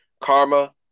karma